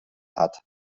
hat